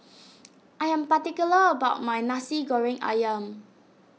I am particular about my Nasi Goreng Ayam